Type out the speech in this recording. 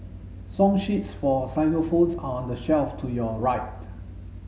song sheets for xylophones are on the shelf to your right